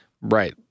Right